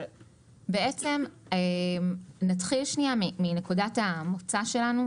נתחיל מנקודת המוצא שלנו.